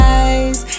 eyes